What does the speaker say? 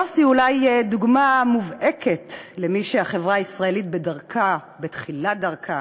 יוסי הוא אולי דוגמה מובהקת למי שהחברה הישראלית בתחילת דרכה,